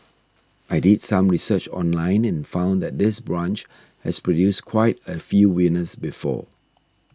I did some research online and found that this branch has produced quite a few winners before